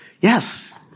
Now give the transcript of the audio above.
Yes